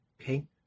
okay